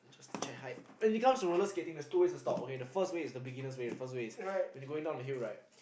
check height when it comes to roller skating there's two way to stop okay the first way is the beginner's way first way when you're going down the hill right